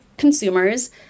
consumers